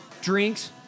drinks